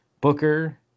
Booker